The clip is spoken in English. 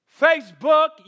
Facebook